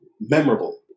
memorable